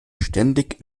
ständig